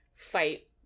fight